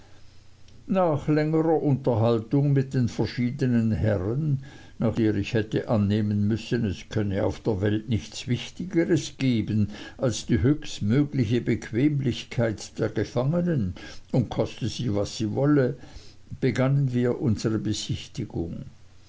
nach längerer unterhaltung mit den verschiednen herren nach der ich hätte annehmen müssen es könne auf der welt nichts wichtigeres geben als die höchstmögliche bequemlichkeit der gefangenen und koste sie was sie wolle begannen wir unsere besichtigung